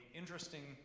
interesting